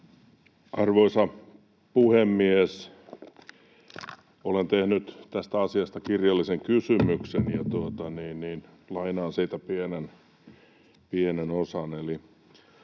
Arvoisa puhemies! Olen tehnyt tästä asiasta kirjallisen kysymyksen ja lainaan siitä pienen osan.